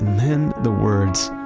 then the words,